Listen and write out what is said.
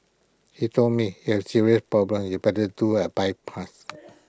he told me he has serious problems you better do A bypass